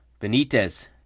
Benitez